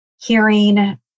hearing